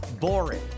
boring